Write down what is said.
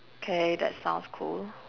okay that sounds cool